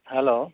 hello